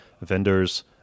vendors